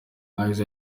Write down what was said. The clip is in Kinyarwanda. yagize